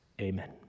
amen